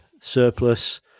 surplus